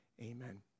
Amen